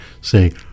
say